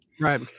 Right